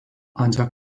ancak